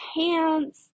pants